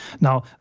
Now